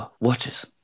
Watches